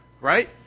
Right